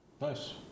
nice